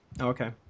okay